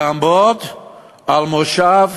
יעמוד על מושב,